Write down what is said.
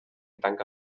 tanca